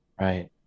Right